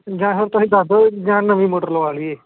ਜਾਂ ਫਿਰ ਤੁਸੀਂ ਦੱਸ ਦਿਓ ਜਾਂ ਨਵੀਂ ਮੋਟਰ ਲਗਵਾ ਲਈਏ